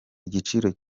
igiciro